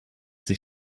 sich